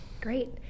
Great